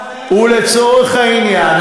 לצורך העניין,